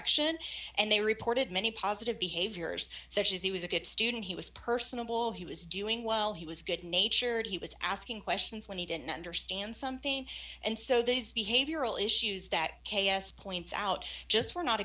redirection and they reported many positive behaviors such as he was a good student he was personable he was doing well he was good natured he was asking questions when he didn't understand something and so these behavioral issues that k s points out just were not